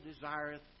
desireth